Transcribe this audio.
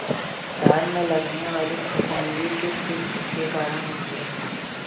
धान में लगने वाली फफूंदी किस किस के कारण होती है?